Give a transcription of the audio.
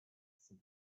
said